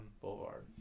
Boulevard